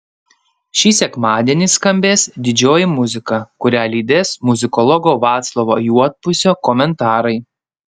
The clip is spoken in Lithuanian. šį sekmadienį skambės didžioji muzika kurią lydės muzikologo vaclovo juodpusio komentarai